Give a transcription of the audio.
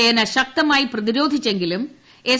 സേന ശക്തമായി പ്രതിരോധിച്ചെങ്കിലും എസ്